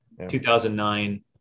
2009